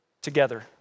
together